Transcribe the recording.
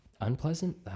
unpleasant